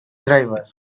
driver